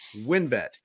WinBet